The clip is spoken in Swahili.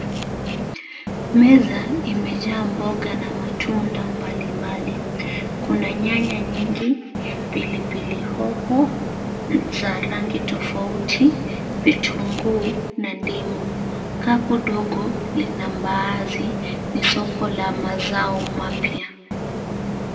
Meza imejaa mboga na matunda mbalimbali. Kuna nyanya nyingi, pilipili hoho za rangi tofauti, vitunguu na ndimu. Kapu kadogo lina mbaazi. Ni soko la mazao mapya.